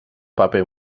paper